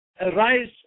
arise